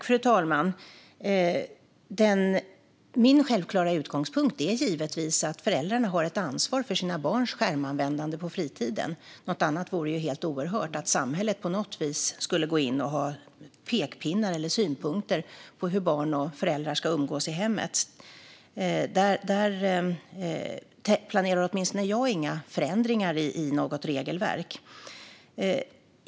Fru talman! Min självklara utgångspunkt är att föräldrar har ett ansvar för sina barns skärmanvändande på fritiden. Något annat vore helt oerhört - att samhället på något vis skulle gå in med pekpinnar eller synpunkter på hur barn och föräldrar ska umgås i hemmet. Jag planerar därför inga förändringar i något regelverk.